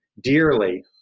dearly